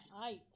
Right